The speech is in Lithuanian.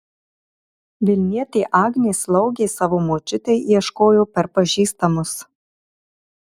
vilnietė agnė slaugės savo močiutei ieškojo per pažįstamus